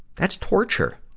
that's torture.